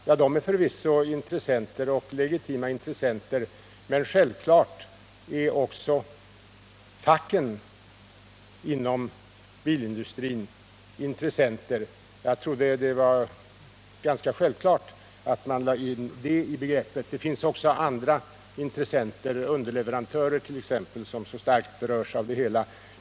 Ja, de är förvisso intressenter, och legitima intressenter, men självklart är också facken inom bilindustrin intressenter. Jag trodde det var ganska självklart att man lade in dem i begreppet. Det finns också andra intressenter, underleverantörer t.ex., som starkt berörs av utvecklingen.